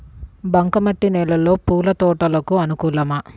బంక మట్టి నేలలో పూల తోటలకు అనుకూలమా?